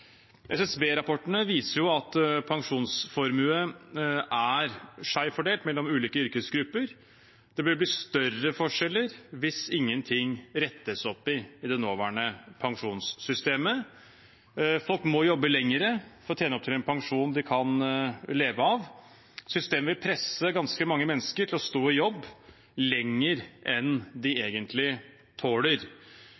viser at pensjonsformue er skjevt fordelt mellom ulike yrkesgrupper. Det vil bli større forskjeller hvis ingenting rettes opp i i det nåværende pensjonssystemet. Folk må jobbe lenger for å tjene opp til en pensjon de kan leve av. Systemet vil presse ganske mange mennesker til å stå i jobb lenger enn det de